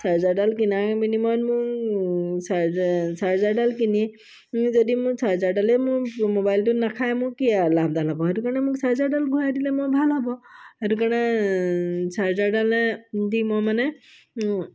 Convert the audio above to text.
চাৰ্জাৰডাল কিনাৰ বিনিময়ত মোৰ চাৰ্জাৰ চাৰ্জাৰডাল কিনি চাৰ্জাৰডালেই মোৰ মোবাইলটোত নাখায় মোৰ কি আৰু লাভডাল হ'ব সেইটো কাৰণে মোক চাৰ্জাৰডাল ঘূৰাই দিলে মই ভাল হ'ব সেইটো কাৰণে চাৰ্জাৰডালে দি মই মানে